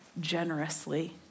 generously